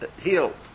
healed